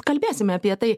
kalbėsime apie tai